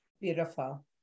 beautiful